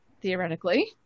theoretically